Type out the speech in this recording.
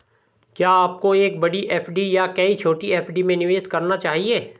क्या आपको एक बड़ी एफ.डी या कई छोटी एफ.डी में निवेश करना चाहिए?